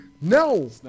No